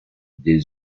des